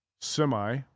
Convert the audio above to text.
semi